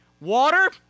Water